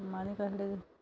आनी कसले